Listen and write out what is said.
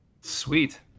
Sweet